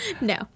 No